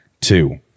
two